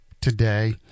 today